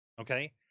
Okay